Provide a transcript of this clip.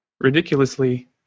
ridiculously